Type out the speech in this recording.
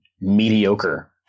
mediocre